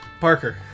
Parker